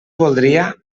voldria